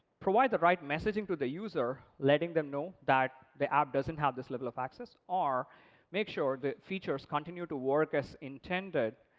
provide the right messaging to the user, letting them know that the app doesn't have this level of access, or make sure the features continue to work as intended,